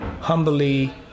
humbly